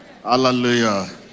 Hallelujah